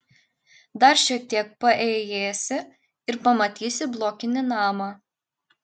dar šiek tiek paėjėsi ir pamatysi blokinį namą